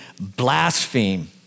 blaspheme